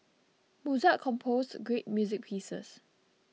Mozart composed great music pieces